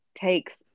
takes